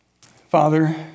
Father